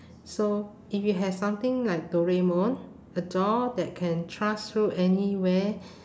so if you have something like doraemon a door that can transfer anywhere